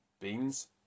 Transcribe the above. beans